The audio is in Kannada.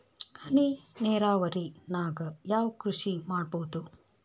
ಹನಿ ನೇರಾವರಿ ನಾಗ್ ಯಾವ್ ಕೃಷಿ ಮಾಡ್ಬೋದು?